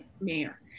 mayor